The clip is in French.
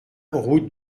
route